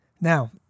Now